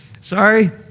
Sorry